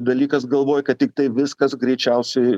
dalykas galvoj kad tiktai viskas greičiausiai